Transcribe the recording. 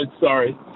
sorry